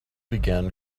began